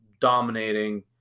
dominating